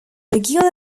regular